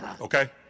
okay